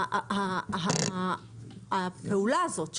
הפעולה הזאת,